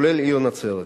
כולל העיר נצרת.